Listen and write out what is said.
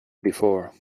before